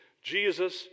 Jesus